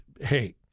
hey